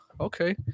Okay